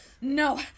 No